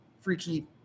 freaky